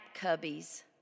cubbies